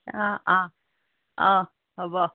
অ' অ' অ' হ'ব